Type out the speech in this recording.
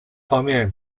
方面